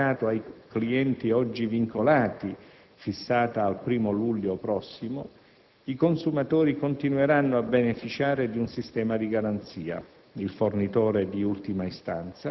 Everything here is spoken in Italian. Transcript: Anche dopo la completa apertura del mercato ai clienti oggi "vincolati", fissata al 1° luglio prossimo, i consumatori continueranno a beneficiare di un sistema di garanzia